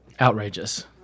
Outrageous